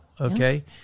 Okay